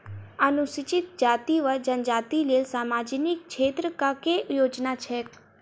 अनुसूचित जाति वा जनजाति लेल सामाजिक क्षेत्रक केँ योजना छैक?